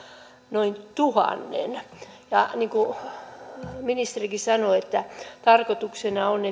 noin tuhat kuten ministerikin sanoi tarkoituksena on